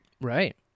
Right